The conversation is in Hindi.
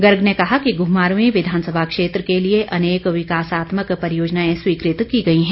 गर्ग ने कहा कि घुमारवीं विधानसभा क्षेत्र के लिए अनेक विकासात्मक परियोजनाएं स्वीकृत की गई है